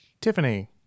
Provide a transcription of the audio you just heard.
Tiffany